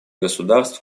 государств